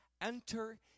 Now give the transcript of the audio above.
enter